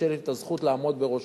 שיש לי את הזכות לעמוד בראש